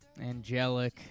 Angelic